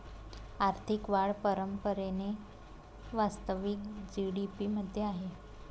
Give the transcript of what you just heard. आर्थिक वाढ परंपरेने वास्तविक जी.डी.पी मध्ये आहे